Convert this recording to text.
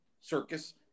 circus